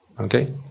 Okay